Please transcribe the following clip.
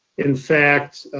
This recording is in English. in fact,